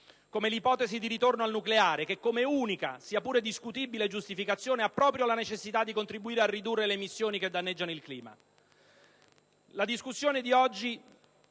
come l'ipotesi di ritorno al nucleare, che come unica - sia pure discutibile - giustificazione ha proprio la necessità di contribuire a ridurre le emissioni che danneggiano il clima. La discussione di oggi